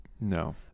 No